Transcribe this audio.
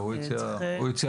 הוא הציע